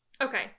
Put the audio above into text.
Okay